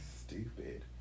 stupid